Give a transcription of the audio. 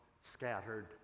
scattered